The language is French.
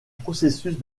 processus